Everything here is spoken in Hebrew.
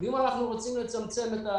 אם אנחנו רוצים לצמצם,